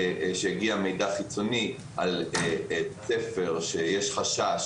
גם כשהגיע מידע חיצוני על בית ספר שיש חשש